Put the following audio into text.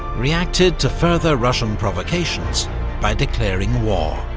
reacted to further russian provocations by declaring war.